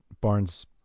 Barnes